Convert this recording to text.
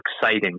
exciting